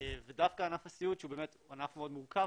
ודווקא ענף הסיעוד שהוא באמת ענף מאוד מורכב,